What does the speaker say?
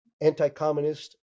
anti-communist